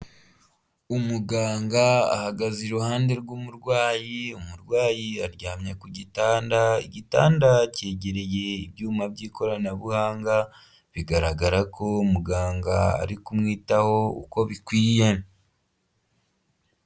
Umuganga ahagaze iruhande rw'umurwayi, umurwayi aryamye ku gitanda, igitanda cyegereye ibyuma by'ikoranabuhanga bigaragara ko muganga ari kumwitaho uko bikwiye.